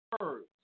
words